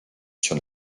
sur